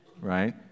right